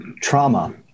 trauma